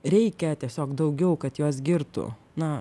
reikia tiesiog daugiau kad juos girtų na